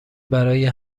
برای